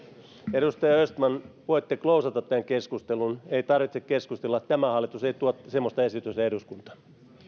edustaja östman voitte klousata tämän keskustelun ei tarvitse keskustella tämä hallitus ei tuo semmoista esitystä eduskuntaan